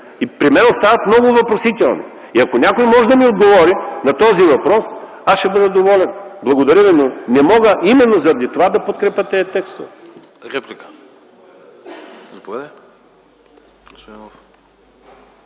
При мен остават много въпросителни. Ако някой може да ми отговори на този въпрос, аз ще бъда доволен. Благодаря ви, но не мога именно заради това да подкрепя тези текстове.